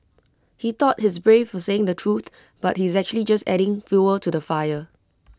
he thought he's brave for saying the truth but he's actually just adding fuel to the fire